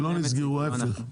שלא נסגרו, ההיפך.